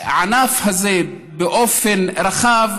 הענף הזה באופן רחב,